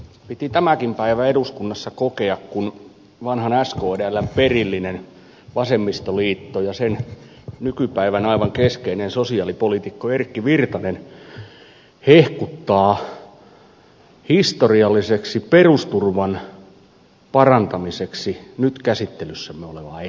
piti tämäkin päivä eduskunnassa kokea kun vanhan skdln perillinen vasemmistoliitto ja sen nykypäivänä aivan keskeinen sosiaalipoliitikko erkki virtanen hehkuttaa historialliseksi perusturvan parantamiseksi nyt käsittelyssämme olevaa esitystä